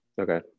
Okay